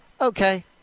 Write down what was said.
Okay